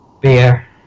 Beer